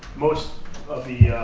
most of the